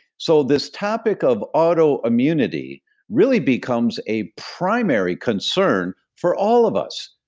so this topic of autoimmunity really becomes a primary concern for all of us,